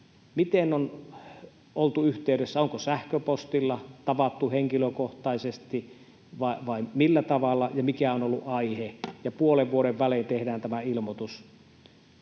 miten on oltu yhteydessä, onko sähköpostilla, tavattu henkilökohtaisesti vai millä tavalla, ja mikä on ollut aihe, ja puolen vuoden välein tehdään tämä ilmoitus.